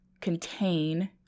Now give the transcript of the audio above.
contain